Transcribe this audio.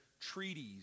treaties